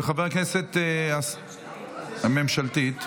הצעה ממשלתית.